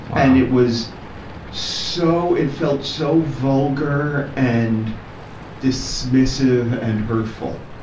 and it was so, it felt so vulgar and dismissive and hurtful.